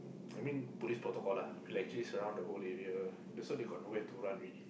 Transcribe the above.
I mean police protocol lah we will actually surround the whole area so they got nowhere to run already